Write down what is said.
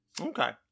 Okay